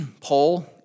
poll